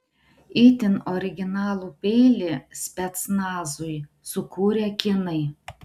itin originalų peilį specnazui sukūrė kinai